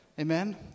amen